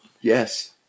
yes